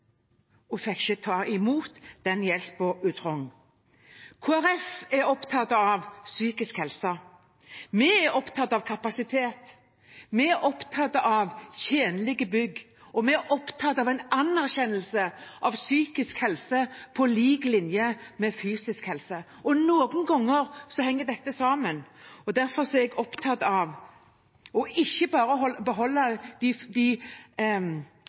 ta imot den hjelpen hun trengte. Kristelig Folkeparti er opptatt av psykisk helse. Vi er opptatt av kapasitet, vi er opptatt av tjenlige bygg, og vi er opptatt av en anerkjennelse av psykisk helse på lik linje med fysisk helse. Noen ganger henger dette også sammen, og derfor er jeg opptatt av ikke bare å beholde de gamle byggene for de